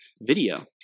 video